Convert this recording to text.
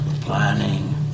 planning